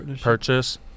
purchase